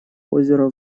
озеро